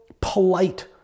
polite